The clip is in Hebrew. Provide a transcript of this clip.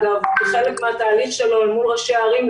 כחלק מן התהליך שלו אל מול ראשי ערים,